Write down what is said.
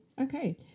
Okay